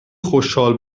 خشحال